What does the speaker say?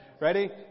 Ready